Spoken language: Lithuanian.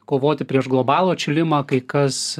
kovoti prieš globalų atšilimą kai kas